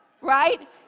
right